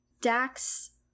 Dax